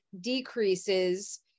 decreases